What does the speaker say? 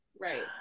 right